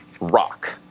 rock